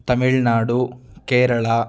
Tamil Nadu Kerala